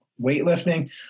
weightlifting